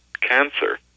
cancer